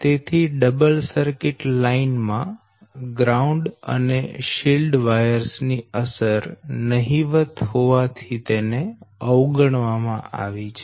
તેથી double circuit line માં ground અને શીલ્ડ વાયર્સ ની અસર નહિવત હોવાથી તેને અવગણવામાં આવી છે